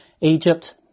Egypt